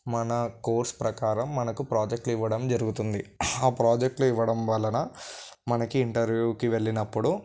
మన కోర్స్ ప్రకారం మనకు ప్రాజెక్టులు ఇవ్వడం జరుగుతుంది ఆ ప్రాజెక్టులు ఇవ్వడం వలన మనకి ఇంటర్వ్యూకి వెళ్ళినప్పుడు